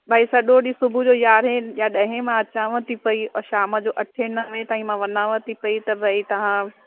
भाई सॼो ॾींहुं सुबुह जो यारहें या ॾहें मां अचांव थी पेई और शाम जो अठे नवे ताईं मां वञाव थी पेई त भाई तव्हां